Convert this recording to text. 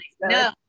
no